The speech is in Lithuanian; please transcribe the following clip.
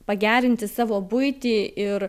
pagerinti savo buitį ir